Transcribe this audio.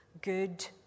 good